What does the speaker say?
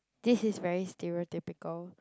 this is very stereotypical